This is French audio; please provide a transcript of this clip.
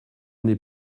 n’est